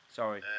sorry